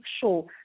sure